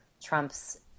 Trump's